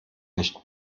nicht